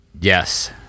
Yes